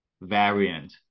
variant